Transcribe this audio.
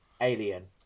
alien